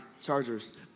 Chargers